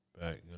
Back